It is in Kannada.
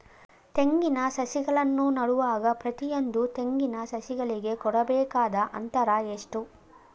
ತೆಂಗಿನ ಸಸಿಗಳನ್ನು ನೆಡುವಾಗ ಪ್ರತಿಯೊಂದು ತೆಂಗಿನ ಸಸಿಗಳಿಗೆ ಕೊಡಬೇಕಾದ ಅಂತರ ಎಷ್ಟು?